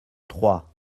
trois